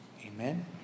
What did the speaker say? Amen